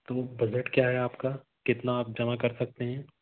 तो बजट क्या है आपका कितना आप जमा कर सकते हैं